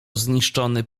zniszczony